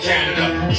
Canada